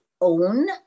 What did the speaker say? own